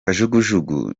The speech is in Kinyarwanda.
kajugujugu